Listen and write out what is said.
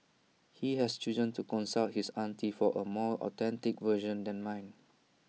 he has chosen to consult his auntie for A more authentic version than mine